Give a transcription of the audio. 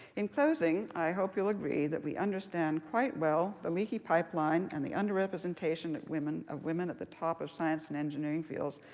in closing, i hope you'll agree that we understand quite well the leaky pipeline and the under-representation of women of women at the top of science and engineering fields.